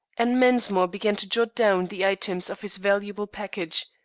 and mensmore began to jot down the items of his valuable package.